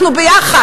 אנחנו ביחד,